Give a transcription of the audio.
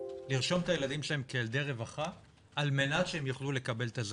לרשום את הילדים שלהם כילדי רווחה על מנת שהם יוכלו לקבל את הזכאות.